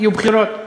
יהיו בחירות,